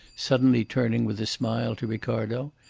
suddenly turning with a smile to ricardo,